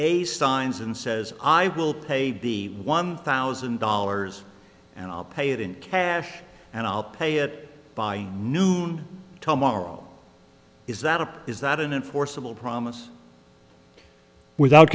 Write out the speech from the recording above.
a signs and says i will pay the one thousand dollars and i'll pay it in cash and i'll pay it by noon tomorrow is that it is not an enforceable promise without